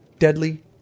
Deadly